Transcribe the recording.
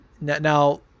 now